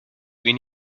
wen